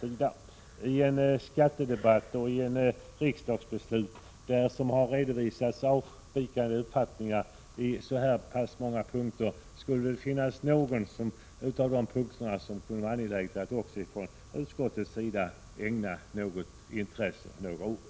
I en skattedebatt inför ett riksdagsbeslut, där det har redovisats avvikande uppfattningar i så många punkter som i det här fallet, kan man väl tycka att det borde finnas någon punkt som det vore angeläget även för utskottsmajoritetens företrädare att ägna något intresse och några ord.